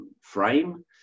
frame